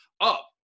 Up